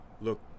look